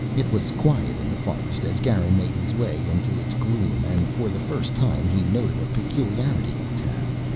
it was quiet in the forest as garin made his way into its gloom and for the first time he noted a peculiarity of tav.